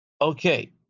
Okay